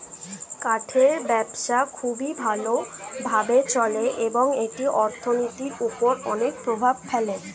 কাঠের ব্যবসা খুবই ভালো ভাবে চলে এবং এটি অর্থনীতির উপর অনেক প্রভাব ফেলে